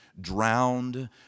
drowned